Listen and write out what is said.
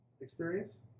experience